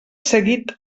seguit